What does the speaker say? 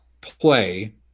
play